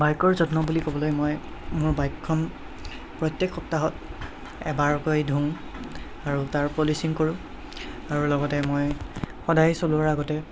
বাইকৰ যত্ন বুলি ক'বলৈ মই মোৰ বাইকখন প্ৰত্যেক সপ্তাহত এবাৰকৈ ধোওঁ আৰু তাৰ পলিচিং কৰোঁ আৰু লগতে মই সদায় চলোৱাৰ আগতে